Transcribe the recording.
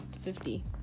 fifty